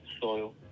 soil